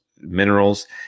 minerals